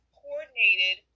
coordinated